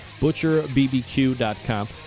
butcherbbq.com